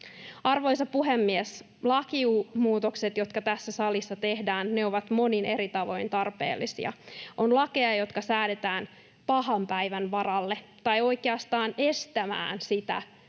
Arvoisa puhemies! Lakimuutokset, jotka tässä salissa tehdään, ovat monin eri tavoin tarpeellisia. On lakeja, jotka säädetään pahan päivän varalle — tai oikeastaan estämään sitä,